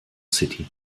city